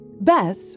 Bess